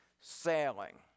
sailing